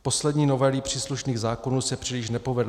Poslední novely příslušných zákonů se příliš nepovedly.